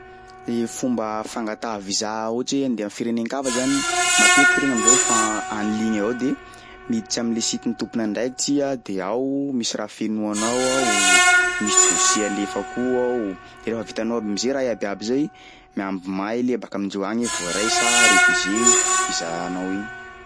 Fomba fangataha visa ohatsy hoe andeha am'firenen-kafa zany, matetiky regny am'zao fa en ligne avao de miditsy am'le siten'ny tompon'andraikitsy iha de ao misy raha fenoanao ao, misy dosie alefa ko ao de rehefa vitanao aby am'zay raha iaby iaby zay miamby mail iha baka amindreo agny hoe voaray sa refuser visa anao igny.